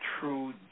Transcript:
true